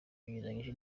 binyuranyije